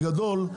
אבל בגדול,